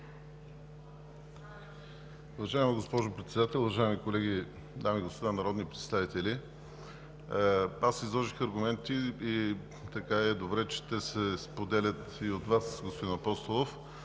Уважаема госпожо Председател, уважаеми колеги дами и господа народни представители! Изложих аргументи и е добре, че те се споделят и от Вас, господин Апостолов.